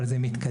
אבל זה מתקדם.